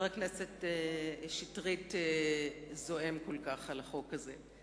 הכנסת שטרית זועם כל כך על החוק הזה,